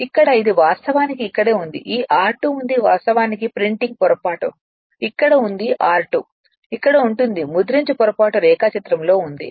ఇక్కడ ఇది వాస్తవానికి ఇక్కడే ఉంది ఈ r2 ఉంది వాస్తవానికి ప్రింటింగ్ పొరపాటు ఇక్కడ ఉంది r2 ఇక్కడ ఉంటుంది ముద్రించు పొరపాటు రేఖాచిత్రంలో ఉంది